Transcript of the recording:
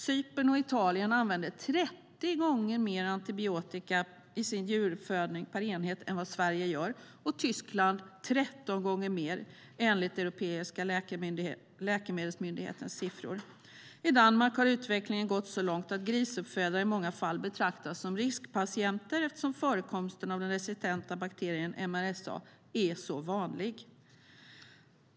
Cypern och Italien använder 30 gånger mer antibiotika i sin djuruppfödning än vad Sverige gör, och Tyskland använder 13 gånger mer, enligt Europeiska läkemedelsmyndighetens siffror. I Danmark har utvecklingen gått så långt att grisuppfödare i många fall betraktas som riskpatienter eftersom förekomsten av den resistenta bakterien MRSA är så vanlig.